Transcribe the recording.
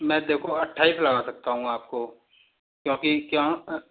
मैं देखो अट्ठाईस लगा सकता हूँ आपको क्योंकि क्यों